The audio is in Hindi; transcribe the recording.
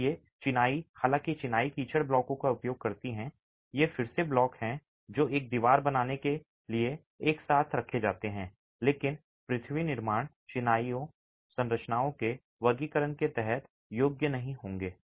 इसलिए चिनाई हालांकि चिनाई कीचड़ ब्लॉकों का उपयोग करती है ये फिर से ब्लॉक हैं जो एक दीवार बनाने के लिए एक साथ रखे जाते हैं लेकिन पृथ्वी निर्माण चिनाई संरचनाओं के वर्गीकरण के तहत योग्य नहीं होंगे